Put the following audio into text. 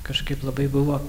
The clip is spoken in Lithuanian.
kažkaip labai buvo